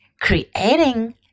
creating